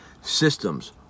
systems